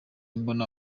mbona